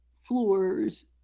floors